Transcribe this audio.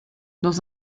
dans